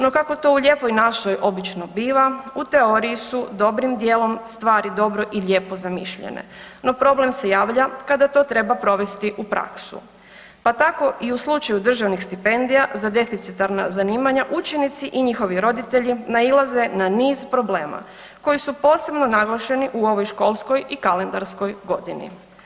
No, kako to u Lijepoj našoj obično biva, u teoriji su dobrim dijelom stvari dobro i lijepo zamišljene, no problem se javlja kada to treba provesti u praksu pa tako i u slučaju državnih stipendija za deficitarna zanimanja učenici i njihovi roditelji nailaze na niz problema koji su posebno naglašeni u ovoj školskoj i kalendarskoj godini.